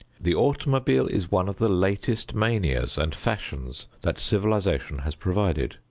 the automobile is one of the latest manias and fashions that civilization has provided.